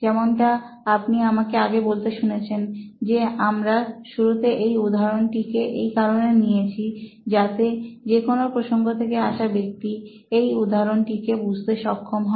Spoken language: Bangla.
যেমনটা আপনি আমাকে আগে বলতে শুনেছেন যে আমরা শুরুতে এই উদাহরণ টিকে এই কারণে নিয়েছি যাতে যেকোনো প্রসঙ্গ থেকে আসা ব্যক্তি এই উদাহরণ টিকে বুঝতে সক্ষম হয়